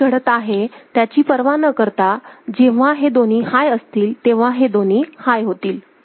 हे काय घडत आहे आहे त्याची पर्वा न करता जेव्हा हे दोन्ही हाय असतील तेव्हा हे दोन्ही हाय राहतील